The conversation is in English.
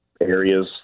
areas